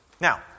Now